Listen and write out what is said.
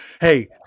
hey